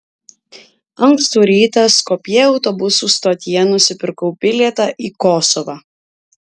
ankstų rytą skopjė autobusų stotyje nusipirkau bilietą į kosovą